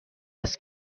است